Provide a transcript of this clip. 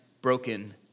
broken